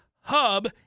hub